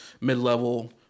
mid-level